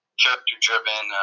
character-driven